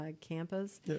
campus